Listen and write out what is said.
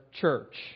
church